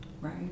Right